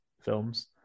films